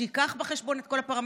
שיביא בחשבון את כל הפרמטרים.